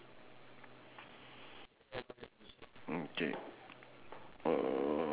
four or five